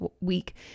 week